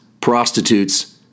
prostitutes